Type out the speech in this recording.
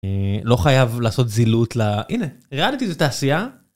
אה לא חייב לעשות זילות ל... הנה, ריאליטי זה תעשייה.